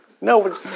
No